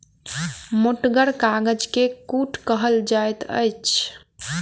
मोटगर कागज के कूट कहल जाइत अछि